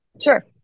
Sure